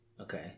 Okay